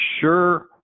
sure